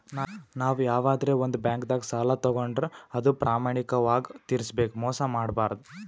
ನಾವ್ ಯವಾದ್ರೆ ಒಂದ್ ಬ್ಯಾಂಕ್ದಾಗ್ ಸಾಲ ತಗೋಂಡ್ರ್ ಅದು ಪ್ರಾಮಾಣಿಕವಾಗ್ ತಿರ್ಸ್ಬೇಕ್ ಮೋಸ್ ಮಾಡ್ಬಾರ್ದು